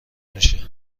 میشه